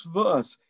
verse